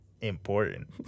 Important